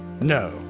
No